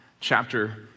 Chapter